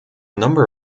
number